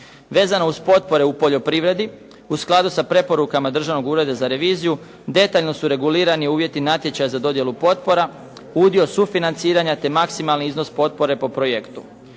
Vezano uz potpore u poljoprivredi u skladu sa preporukama Državnog ureda za reviziju detaljno su regulirani uvjeti natječaja za dodjelu potpora, udio sufinanciranja te maksimalni iznos potpore po projektu.